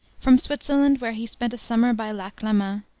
from switzerland, where he spent a summer by lake leman,